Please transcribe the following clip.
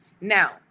Now